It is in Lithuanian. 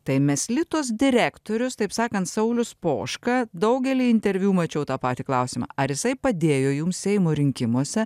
tai meslitos direktorius taip sakant saulius poška daugelyje interviu mačiau tą patį klausimą ar jisai padėjo jums seimo rinkimuose